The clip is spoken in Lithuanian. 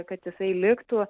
kad jisai liktų